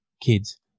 kids